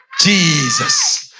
Jesus